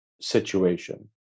situation